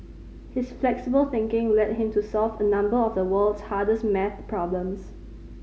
his flexible thinking led him to solve a number of the world's hardest maths problems